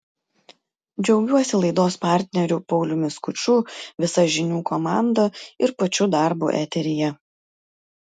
džiaugiuosi laidos partneriu pauliumi skuču visa žinių komanda ir pačiu darbu eteryje